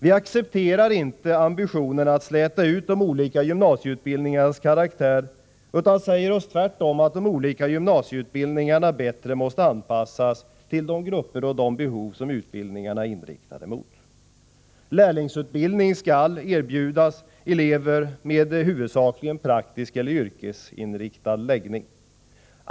Vi accepterar inte ambitionerna att släta ut de olika gymnasieutbildningarnas karaktär utan säger oss tvärtom att de olika gymnasieutbildningarna bättre måste anpassas till de skilda behov som utbildningarna är inriktade mot. Lärlingsutbildning skall erbjudas elever med huvudsakligen praktisk eller yrkesinriktad läggning.